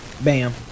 Bam